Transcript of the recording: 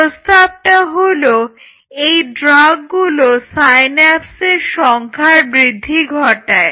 প্রস্তাবটা হলো যে এই ড্রাগগুলো সাইন্যাপসের সংখ্যার বৃদ্ধি ঘটায়